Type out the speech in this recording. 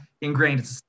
ingrained